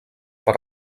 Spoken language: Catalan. per